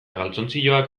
galtzontziloak